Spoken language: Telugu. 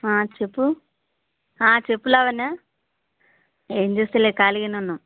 చెప్పు చెప్పు లావణ్య ఏమి చేయలే ఖాళీగా ఉన్న